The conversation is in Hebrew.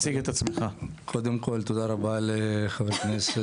קודם כל תודה רבה לחבר הכנסת,